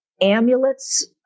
amulets